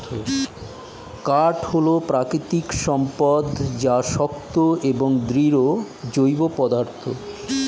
কাঠ হল প্রাকৃতিক সম্পদ যা শক্ত এবং দৃঢ় জৈব পদার্থ